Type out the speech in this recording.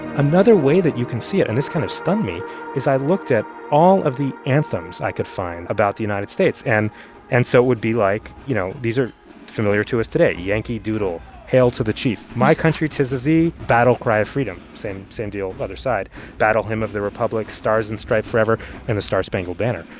another way that you can see it and this kind of stunned me is i looked at all of the anthems i could find about the united states. and and so it would be, like, you know, these are familiar to us today yankee doodle, hail to the chief, my country tis of thee, battle cry of freedom same same deal, other side battle hymn of the republic, stars and stripes forever and the star-spangled banner.